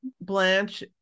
Blanche